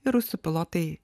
ir rusų pilotai